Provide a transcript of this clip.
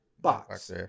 box